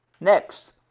Next